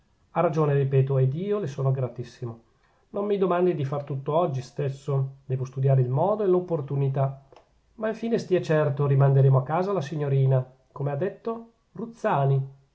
ha ragione ripeto ed io le sono gratissimo non mi domandi di far tutto oggi stesso debbo studiare il modo e l'opportunità ma infine stia certo rimanderemo a casa la signorina come ha detto ruzzani